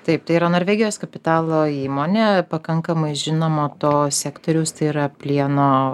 taip tai yra norvegijos kapitalo įmonė pakankamai žinoma to sektoriaus tai yra plieno